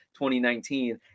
2019